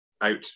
out